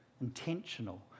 intentional